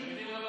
אני אגיד.